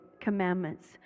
commandments